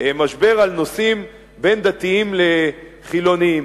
משבר על נושאים בין דתיים לחילונים.